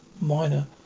Minor